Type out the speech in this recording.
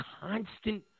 constant